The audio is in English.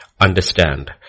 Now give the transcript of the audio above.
understand